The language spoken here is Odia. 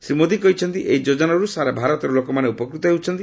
ଶ୍ରୀ ମୋଦି କହିଛନ୍ତି ଏହି ଯୋଜନାରୁ ସାରା ଭାରତର ଲୋକମାନେ ଉପକୃତ ହେଉଛନ୍ତି